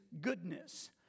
goodness